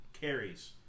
carries